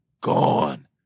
gone